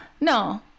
No